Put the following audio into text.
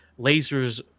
lasers